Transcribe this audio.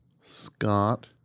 Scott